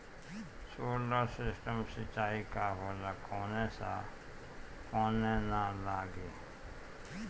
Solar system सिचाई का होला कवने ला लागी?